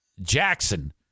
Jackson